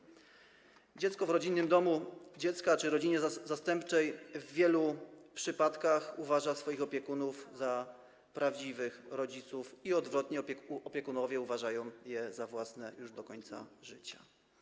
Dziecko wychowywane w rodzinnym domu dziecka czy rodzinie zastępczej w wielu przypadkach uważa swoich opiekunów za prawdziwych rodziców i odwrotnie: opiekunowie uważają je za własne już do końca życia.